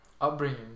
upbringing